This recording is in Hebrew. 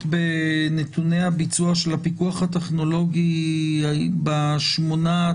בנתוני הביצוע של הפיקוח הטכנולוגי ב-8,